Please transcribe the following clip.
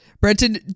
Brenton